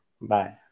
Bye